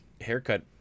haircut